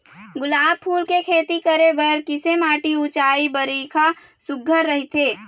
गुलाब फूल के खेती करे बर किसे माटी ऊंचाई बारिखा सुघ्घर राइथे?